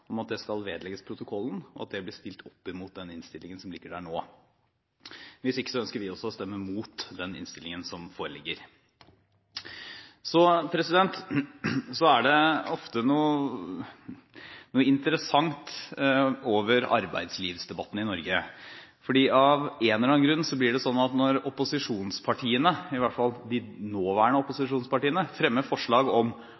om at det skal vedlegges protokollen, og at det blir stilt opp imot den innstillingen som ligger der nå. Hvis ikke ønsker også vi å stemme imot den innstillingen som foreligger. Det er ofte noe interessant over arbeidslivsdebatten i Norge, for av en eller annen grunn blir det slik at når opposisjonspartiene – i hvert fall de nåværende opposisjonspartiene – fremmer forslag om